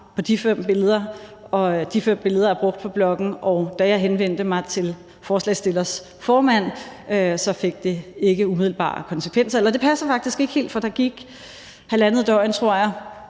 på de fem billeder, og at de fem billeder er brugt på bloggen, og da jeg henvendte mig til forslagsstillerens formand, så fik det ikke umiddelbare konsekvenser. Eller det passer faktisk ikke helt, for der gik halvandet døgn – nu